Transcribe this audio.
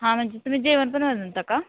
हां म्हणजे तुम्ही जेवण पण बनवता का